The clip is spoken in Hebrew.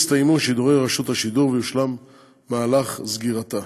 יסתיימו שידורי רשות השידור ויושלם מהלך סגירתה.